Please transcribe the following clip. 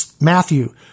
matthew